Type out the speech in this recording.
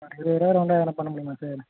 இருபது ரூவா ரவுண்டாக எதனா பண்ண முடியுமா சார்